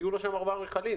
יהיו לו שם ארבעה מכלים.